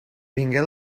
vingué